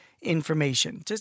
information